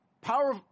power